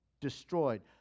destroyed